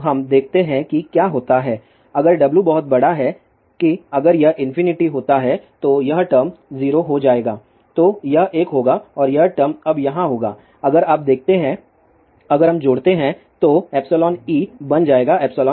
तो हम देखते हैं कि क्या होता है अगर W बहुत बड़ा है कि अगर यह इंफिनिटी होता है तो यह टर्म 0 हो जाएगा तो यह एक होगा और यह टर्म अब यहाँ होगा अगर आप देखते है अगर हम जोड़ते हैं तो εe बन जाएगा εr